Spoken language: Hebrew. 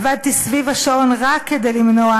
עבדתי סביב השעון רק כדי למנוע